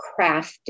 crafted